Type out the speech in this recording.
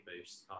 boost